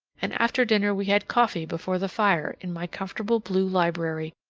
and after dinner we had coffee before the fire in my comfortable blue library,